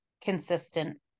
consistent